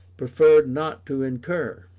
preferred not to incur.